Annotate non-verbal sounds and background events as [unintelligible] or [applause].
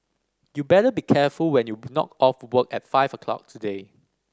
you better be careful when you [unintelligible] knock off work at five o'clock today